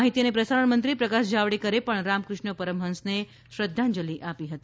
માહિતી અને પ્રસારણ મંત્રી પ્રકાશ જાવડેકરે પણ રામકૃષ્ણ પરમહંસને શ્રદ્ધાંજલિ આપી હતી